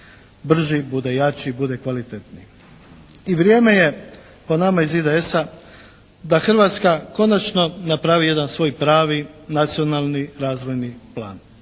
brži, bude jači, bude kvalitetniji. I vrijeme je po nama iz IDS-a da Hrvatska konačno napravi jedan svoj pravi, nacionalni razvojni plan.